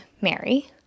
Mary